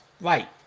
Right